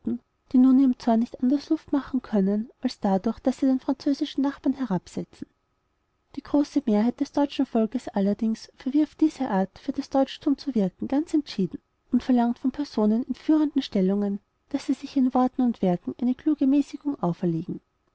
die nun ihrem zorn nicht anders luft machen können als dadurch daß sie den französischen nachbarn herabsetzen die große mehrheit des deutschen volkes allerdings verwirft diese art für das deutschtum zu wirken ganz entschieden und verlangt von personen in führenden stellungen daß sie sich in worten und werken eine kluge mäßigung auferlegen